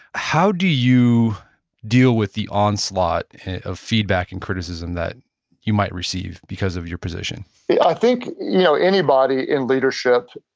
how do you deal with the onslaught of feedback and criticism that you might receive because of your position i think you know anybody in leadership,